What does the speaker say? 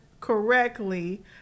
Correctly